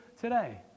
today